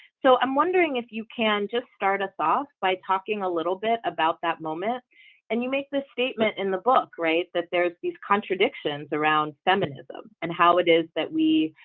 so i'm wondering if you can just start us off by talking a little bit about that moment and you make this statement in the book right that there's these contradictions around feminism and how it is that we